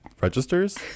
registers